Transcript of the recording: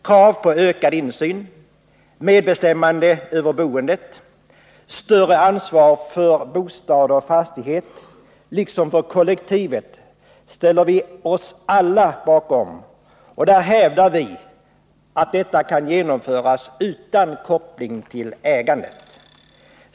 Krav på ökad insyn, medbestämmande över boendet, större ansvar för bostad och fastighet liksom för kollektivet ställer vi oss alla bakom, och vi hävdar att detta kan genomföras utan koppling till ägandet.